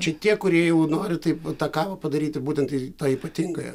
čia tie kurie jau nori taip tą kavą padaryti būtent tą ypatingąją